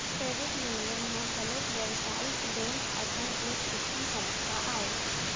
credit union ह घलोक बेवसायिक बेंक असन एक बित्तीय संस्था आय